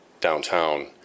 downtown